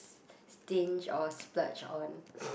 stinge or splurge on